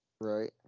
Right